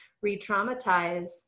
re-traumatize